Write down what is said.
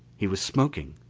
he was smoking.